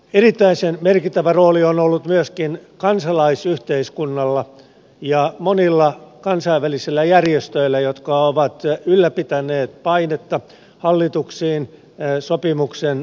erittäin merkittävä rooli on ollut myöskin kansalaisyhteiskunnalla ja monilla kansainvälisillä järjestöillä jotka ovat ylläpitäneet painetta hallituksiin sopimuksen aikaansaamiseksi